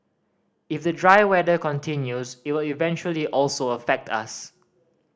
if the dry weather continues it will eventually also affect us